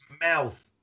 mouth